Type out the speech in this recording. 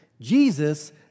Jesus